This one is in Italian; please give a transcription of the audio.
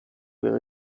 aveva